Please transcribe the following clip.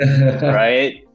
right